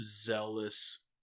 zealous